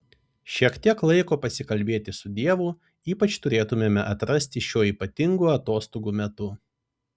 šiek tiek laiko pasikalbėti su dievu ypač turėtumėme atrasti šiuo ypatingu atostogų metu